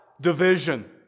division